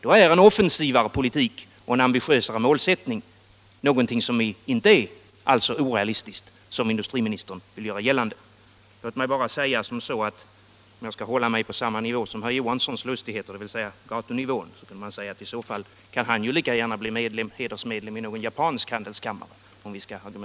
Då är en offensivare politik och en ambitiösare målsättning inte alls så orealistiska som industriministern vill göra gällande. Låt mig slutligen säga — om jag nu skall hålla min argumentation på samma plan som herr Johanssons lustigheter, dvs. gatunivån — att i så fall kan han ju lika gärna bli hedersmedlem i någon japansk handelskammare.